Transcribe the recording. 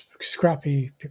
scrappy